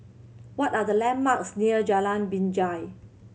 what are the landmarks near Jalan Binjai